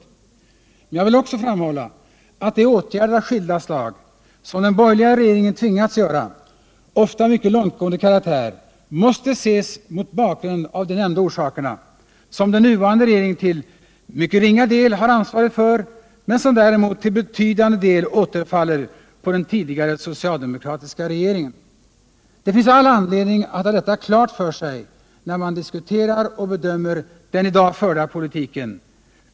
Men jag vill också framhålla att de åtgärder av skilda slag som den borgerliga regeringen tvingats vidta — ofta mycket långtgående — måste ses mot bakgrund av de nämnda orsakerna, som den nuvarande regeringen till mycket ringa del har ansvaret för men som till betydande del återfaller på den tidigare socialdemokratiska regeringen. Man har all anledning att ha detta klart för sig när man diskuterar och bedömer den i dag förda politiken.